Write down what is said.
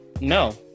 No